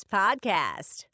podcast